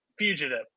Fugitive